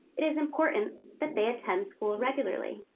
it is important that they attend school regularly.